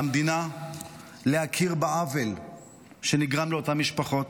המדינה להכיר בעוול שנגרם לאותן משפחות,